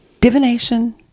divination